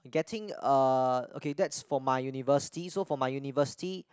getting a okay that's for my university so for my university